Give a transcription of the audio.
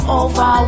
over